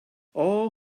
all